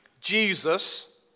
Jesus